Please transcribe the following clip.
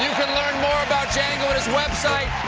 can learn more about django at his website